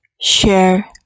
Share